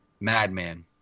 Madman